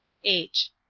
h.